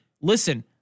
listen